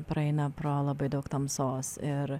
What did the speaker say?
praeina pro labai daug tamsos ir